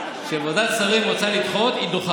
שלושה חודשים, ואחר כך יש בחירות.